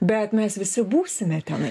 bet mes visi būsime tenai